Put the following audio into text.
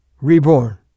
reborn